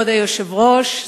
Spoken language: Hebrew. כבוד היושב-ראש,